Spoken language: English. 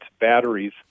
batteries